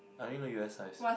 I only know u_s size